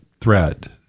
thread